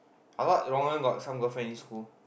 I thought Rong-En got some girlfriend in school